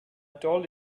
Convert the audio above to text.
told